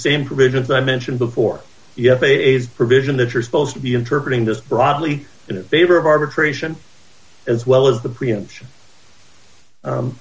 same provisions i mentioned before you have a provision that you're supposed to be interpreting this broadly in favor of arbitration as well as the